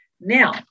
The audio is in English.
now